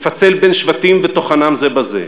מפצל לשבטים וטוחנם זה בזה.